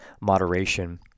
moderation